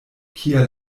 kia